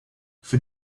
für